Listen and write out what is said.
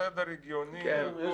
כמובן, אפשר לקבוע סדר הגיוני והכול.